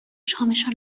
شامشو